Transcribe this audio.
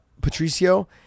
Patricio